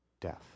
death